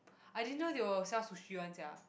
I didn't know they will sell sushi [one] sia